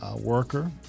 worker